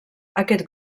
aquest